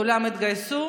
כולם התגייסו.